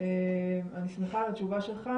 אני שמחה על התשובה שלך,